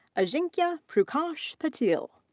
ajinkya prakash patil.